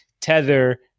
Tether